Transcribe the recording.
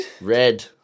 Red